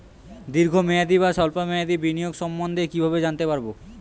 দীর্ঘ মেয়াদি বা স্বল্প মেয়াদি বিনিয়োগ সম্বন্ধে কীভাবে জানতে পারবো?